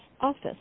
office